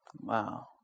Wow